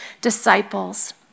disciples